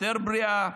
יותר בריאה.